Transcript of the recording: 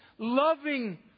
loving